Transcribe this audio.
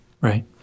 Right